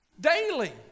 daily